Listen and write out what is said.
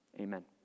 Amen